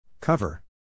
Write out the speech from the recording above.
Cover